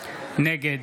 נגד